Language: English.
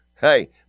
hey